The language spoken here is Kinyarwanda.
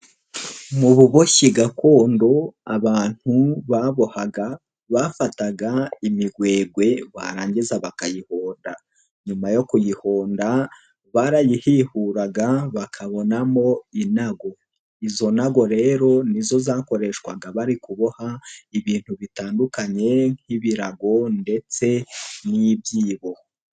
Mu buboshyi gakondo abantu babohaga bafataga imigwegwe barangiza bakayihonda, nyuma yo kuyihonda barayihihuraga bakabonamo inago, izo nago rero ni zo zakoreshwaga bari kuboha ibintu bitandukanye nk'ibirago ndetse n'ibyibo.